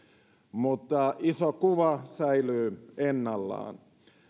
mutta iso kuva säilyy ennallaan